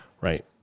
right